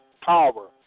power